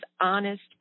honest